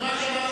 אז למה,